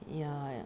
ya lah